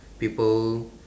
people